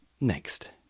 Next